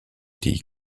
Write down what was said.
die